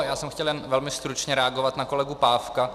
Já jsem chtěl jenom velmi stručně reagovat na kolegu Pávka.